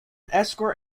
escort